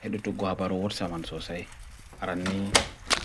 Haidu tu gwa baro wotsaman sosai, arani